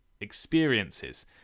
experiences